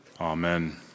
amen